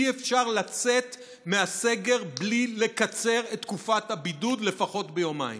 אי-אפשר לצאת מהסגר בלי לקצר את תקופת הבידוד לפחות ביומיים.